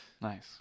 Nice